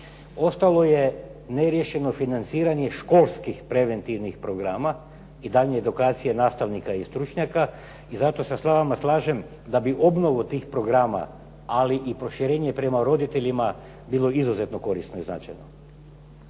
ostalo je neriješeno financiranje školskih preventivnih programa i daljnja edukacija nastavnika i stručnjaka. I zato se sa vama slažem da bi obnovu tih programa, ali i proširenje prema roditeljima bilo izuzetno korisno i značajno.